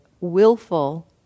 willful